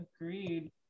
agreed